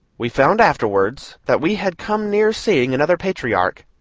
we found afterwards that we had come near seeing another patriarch,